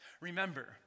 Remember